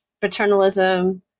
paternalism